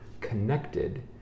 connected